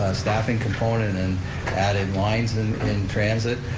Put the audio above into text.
staffing component and added lines and in transit,